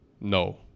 no